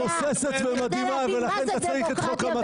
כדי להבין מה זה דמוקרטיה.